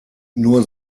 nur